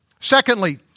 secondly